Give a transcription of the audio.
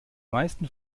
meisten